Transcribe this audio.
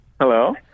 Hello